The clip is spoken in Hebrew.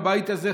בבית הזה,